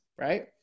Right